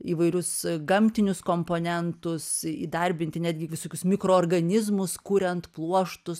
įvairius gamtinius komponentus įdarbinti netgi visokius mikroorganizmus kuriant pluoštus